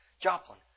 Joplin